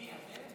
מי, אתם?